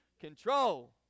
control